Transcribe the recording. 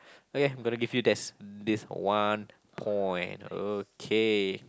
okay I'm gonna give you there's this one point okay